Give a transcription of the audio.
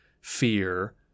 fear